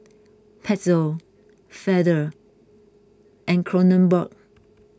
Pezzo Feather and Kronenbourg